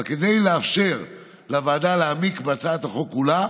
אבל כדי לאפשר לוועדה להעמיק בהצעת החוק כולה,